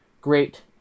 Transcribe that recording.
great